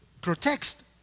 protects